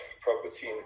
property